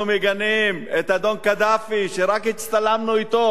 אנחנו מגנים את אדון קדאפי, שהצטלמנו אתו